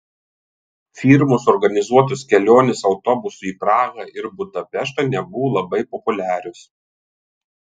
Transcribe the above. firmos organizuotos kelionės autobusu į prahą ir budapeštą nebuvo labai populiarios